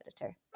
editor